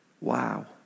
Wow